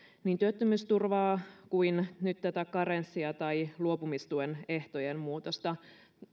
niin työttömyysturvaa kuin nyt tätä karenssia tai luopumistuen ehtojen muutosta